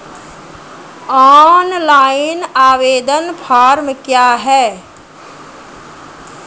Online आवेदन form क्या हैं?